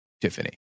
Tiffany